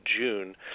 June